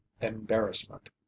embarrassment